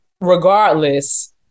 regardless